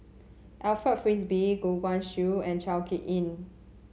Alfred Frisby Goh Guan Siew and Chao HicK Tin